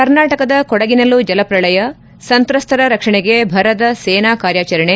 ಕರ್ನಾಟಕದ ಕೊಡಗಿನಲ್ಲೂ ಜಲಪ್ರಳಯ ಸಂತ್ರಸರ ರಕ್ಷಣೆಗೆ ಭರದ ಸೇನಾ ಕಾರ್ಯಾಚರಣೆ